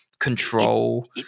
control